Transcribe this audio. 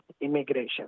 immigration